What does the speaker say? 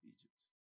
Egypt